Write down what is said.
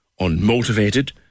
unmotivated